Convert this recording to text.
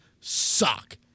suck